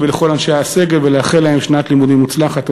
ולכל אנשי הסגל ולאחל להם שנת לימודים מוצלחת.